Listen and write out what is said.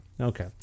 Okay